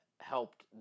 helped